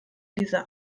dieser